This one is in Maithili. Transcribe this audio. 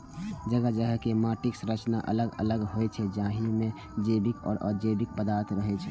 जगह जगह के माटिक संरचना अलग अलग होइ छै, जाहि मे जैविक आ अजैविक पदार्थ रहै छै